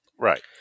Right